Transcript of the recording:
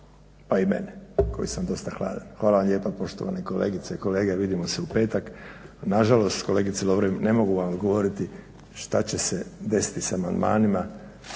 pa i mene koji sam dosta hladan. Hvala vam lijepa poštovane kolegice i kolege. Vidimo se u petak. Nažalost, kolegice Lovrin ne mogu vam odgovoriti šta će se desiti s amandmanima.